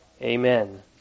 Amen